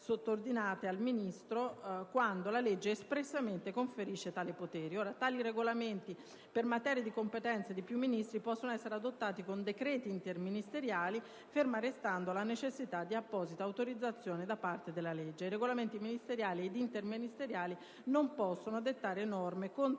sottordinate al ministro, quando la legge espressamente conferisca tale potere. Tali regolamenti, per materie di competenza di più ministri, possono essere adottati con decreti interministeriali, ferma restando la necessità di apposita autorizzazione da parte della legge. I regolamenti ministeriali ed interministeriali non possono dettare norme contrarie